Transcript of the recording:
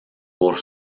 por